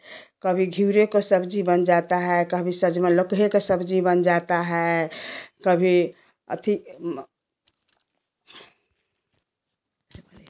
कभी घ्युरे को सब्ज़ी बन जाता है कभी सजमन लौकी का सब्ज़ी बन जाता है कभी अथि